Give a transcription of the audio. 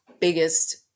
biggest